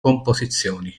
composizioni